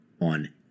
on